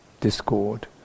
discord